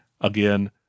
Again